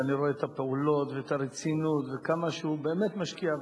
ואני רואה את הפעולות ואת הרצינות וכמה שהוא באמת משקיע,